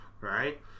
right